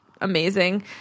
amazing